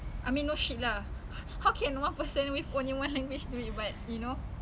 oh ada